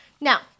Now